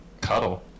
cuddle